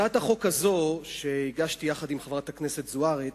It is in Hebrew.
הצעת החוק הזו, שהגשתי יחד עם חברת הכנסת זוארץ,